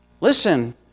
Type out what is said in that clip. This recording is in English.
Listen